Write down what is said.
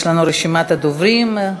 יש לנו רשימת דוברים.